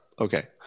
Okay